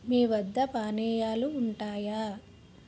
మీవద్ద పానీయాలు ఉంటాయా